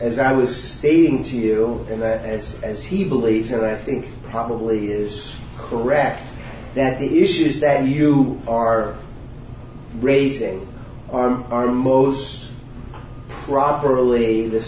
as i was stating to you and that s as he believes and i think probably is correct that the issues than you are raising on our moe's properly this